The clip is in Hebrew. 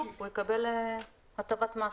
הוא יקבל הטבת מס.